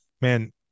man